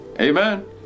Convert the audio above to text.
Amen